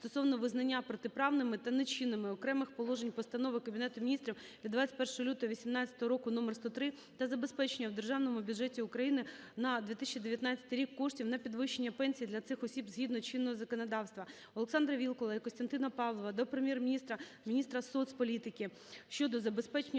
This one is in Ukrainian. стосовно визнання протиправними та нечинними окремих положень постанови Кабінету Міністрів від 21 лютого 18-го року №103 та забезпечення в Державному бюджеті України на 2019 рік коштів на підвищення пенсій для цих осіб згідно чинного законодавства. Олександра Вілкула і Костянтина Павлова до Прем'єр-міністра, міністра соцполітики